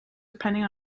depending